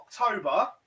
October